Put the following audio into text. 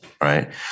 right